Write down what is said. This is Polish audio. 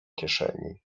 kieszeni